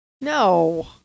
No